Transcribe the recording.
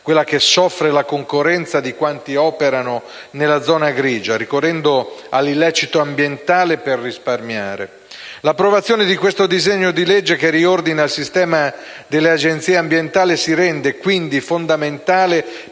quella che soffre la concorrenza di quanti operano nella zona grigia, ricorrendo all'illecito ambientale per risparmiare. L'approvazione di questo disegno di legge, che riordina il sistema delle Agenzie ambientali, si rende quindi fondamentale